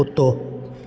कुत्तो